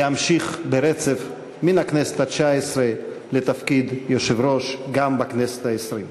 להמשיך ברצף מן הכנסת התשע-עשרה לתפקיד יושב-ראש גם בכנסת העשרים.